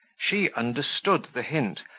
she understood the hint,